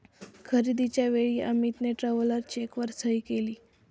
खरेदीच्या वेळी अमितने ट्रॅव्हलर चेकवर सही केली